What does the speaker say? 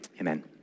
Amen